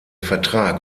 vertrag